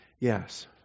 Yes